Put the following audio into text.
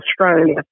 Australia